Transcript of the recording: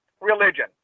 religion